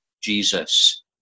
Jesus